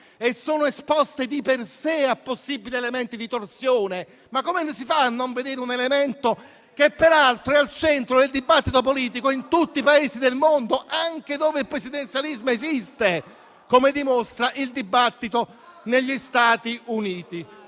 e sono esposte di per sé a possibili elementi di torsione? Ma come si fa a non vedere un elemento, che peraltro è al centro del dibattito politico in tutti i Paesi del mondo, anche dove il presidenzialismo esiste, come dimostra il dibattito negli Stati Uniti.